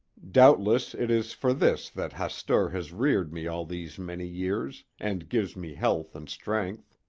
doubtless it is for this that hastur has reared me all these many years, and gives me health and strength.